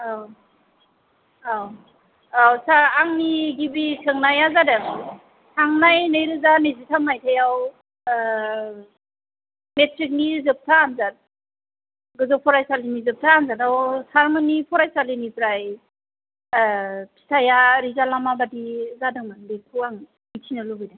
औ औ औ सार आंनि गिबि सोंनाया जादों थांनाय नैरोजा रैजिथाम माइथायाव मेट्रिकनि जोबथा आन्जाद गोजौ फरायसालिनि जोबथा आन्जादआव सार मोननि फरायसालिनिफ्राय फिथाइया रिजाल्टया माबादि जादोंमोन बेखौ आं मिथिनो लुबैदों